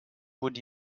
would